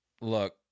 Look